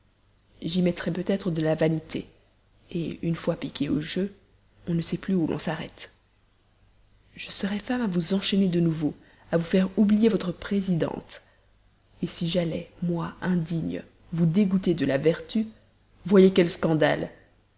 j'y mettrais peut-être de la vanité une fois piquée au jeu on ne sait plus où l'on s'arrête je serais femme à vous enchaîner de nouveau à vous faire oublier votre présidente si j'allais moi indigne vous dégoûter de la vertu voyez quel scandale